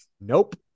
Nope